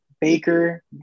Baker